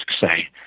say